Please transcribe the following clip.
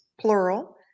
plural